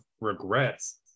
regrets